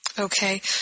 Okay